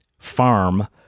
Farm